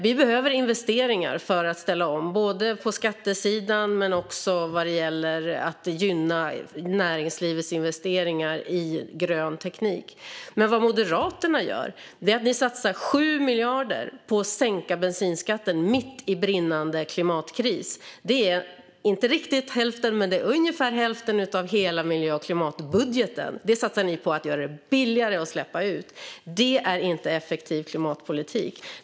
Vi behöver investeringar för att ställa om, både på skattesidan och vad gäller att gynna näringslivets investeringar i grön teknik. Men vad Moderaterna gör är att satsa 7 miljarder på att sänka bensinskatten mitt i brinnande klimatkris. Det är inte riktigt hälften, men ungefär hälften, av hela miljö och klimatbudgeten. Det satsar ni på att göra det billigare att släppa ut. Det är inte effektiv klimatpolitik.